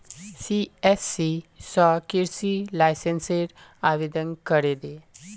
CSC स कृषि लाइसेंसेर आवेदन करे दे